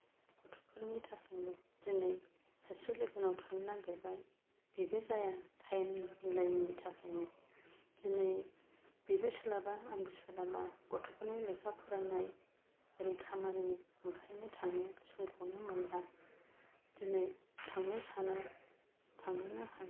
गथ'फोरनि थाखायनो दिनै सासे लोगोनाव थांनो नागिरबाय बेबो जाया टाइम मिलायैनि थाखायनो दिनै बेबो सोलाबा आंबो सोलाबा गथ'फोरनि लेखा फरायनाय ओरै खामानि ओंखायनो थांनो समखौनो मोनला दिनै थांनो सानो थांनोनो हाया